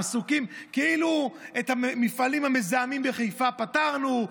כאילו את המפעלים המזהמים בחיפה פתרנו.